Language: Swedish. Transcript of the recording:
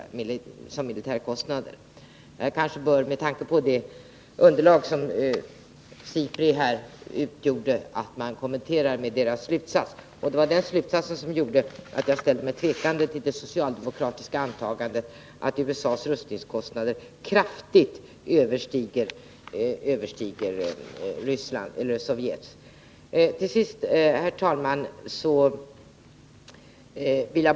Eftersom SIPRI:s redogörelse har utgjort underlag för vad som har sagts om de militära kostnaderna kanske man också bör ha med SIPRI:s slutsats. Det var den slutsatsen som gjorde att jag ställde mig tvekande till det socialdemokratiska antagandet att USA:s rustningskostnader kraftigt överstiger Sovjets.